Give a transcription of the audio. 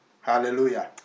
Hallelujah